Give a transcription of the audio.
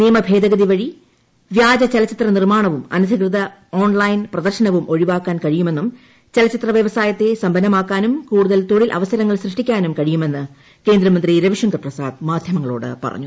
നിയമഭേദഗതി വഴി വ്യാജ ചലച്ചിത്ര നിർമ്മാണവും അനധികൃത ഓൺലൈൻ പ്രദർശനവും ഒഴിവാക്കാൻ കഴിയുമെന്നും വ്യവസായത്തെ സമ്പന്നമാക്കാനും ചലച്ചിത്ര കുടുതൽ തൊഴിൽ അവസരങ്ങൾ സൃഷ്ടിക്കാനും കഴിയുമെന്ന് കേന്ദ്രമന്ത്രി രവിശങ്കർ പ്രസാദ് മാധ്യമങ്ങളോട് പറഞ്ഞു